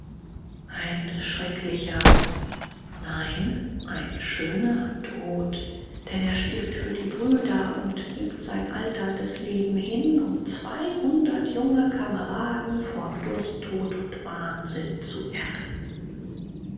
ein schrecklicher nein ein schöner tod denn er stirbt für die brüder und gibt sein alterndes leben hin um zweihundert junge kameraden vom dursttod und wahnsinn zu erretten